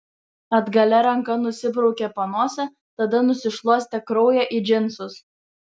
atgalia ranka nusibraukė panosę tada nusišluostė kraują į džinsus